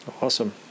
Awesome